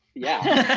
yeah.